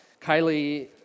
Kylie